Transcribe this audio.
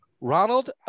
Ronald